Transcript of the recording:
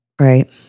Right